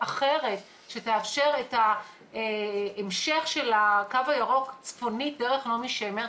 אחרת שתאפשר את ההמשך של הקו הירוק צפונית דרך נעמי שמר,